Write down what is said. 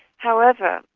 however,